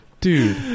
Dude